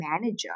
manager